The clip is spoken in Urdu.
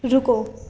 رکو